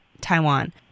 Taiwan